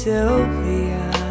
Sylvia